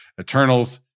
Eternals